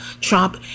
Trump